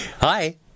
Hi